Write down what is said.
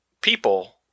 people